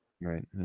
Right